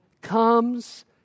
comes